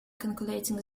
calculating